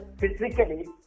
physically